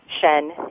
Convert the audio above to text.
Shen